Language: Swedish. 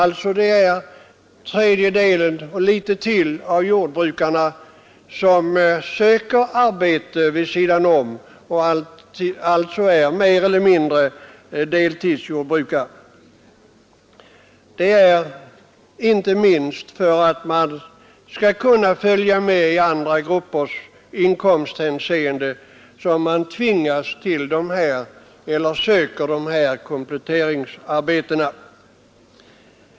Det är alltså tredjedelen och litet till av jordbrukarna som söker arbete vid sidan om jordbruket och alltså mer eller mindre är deltidsjordbrukare. Det är inte minst för att man skall kunna följa med andra grupper i inkomsthänseende som man söker sådana kompletteringsarbeten.